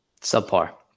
Subpar